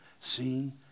seen